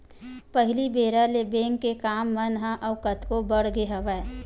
पहिली बेरा ले बेंक के काम मन ह अउ कतको बड़ गे हवय